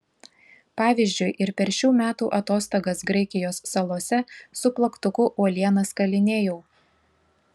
pavyzdžiui ir per šių metų atostogas graikijos salose su plaktuku uolienas kalinėjau